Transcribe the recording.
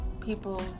people